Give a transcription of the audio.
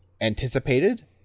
anticipated